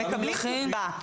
הם מקבלים קצבה.